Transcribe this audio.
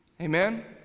Amen